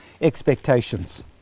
expectations